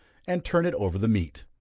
and turn it over the meat.